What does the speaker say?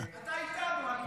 אתה איתנו, אני יודע.